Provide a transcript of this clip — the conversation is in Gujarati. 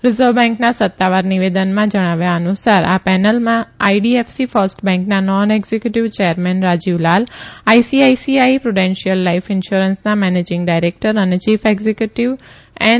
રીઝર્વ બેંકના સત્તાવાર નિવેનદમાં જણાવ્યા અનુસાર આ લે નલમાં આઇડીએફસી ફર્સ્ટ બેંકના non executive chairman Rajiv Lal ICICI prudential life ઇન્સ્યુરન્સના મેનેજીંગ ડાયરેકટર અને ચીફ એકઝીકયુટીવ એન